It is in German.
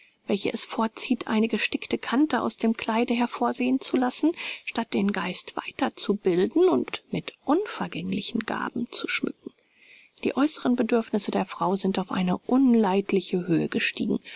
welche es vorzieht eine gestickte kante aus dem kleide hervorsehen zu lassen statt den geist weiter zu bilden und mit unvergänglichen gaben zu schmücken die äußeren bedürfnisse der frauen sind auf eine unleidliche höhe gestiegen